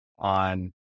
on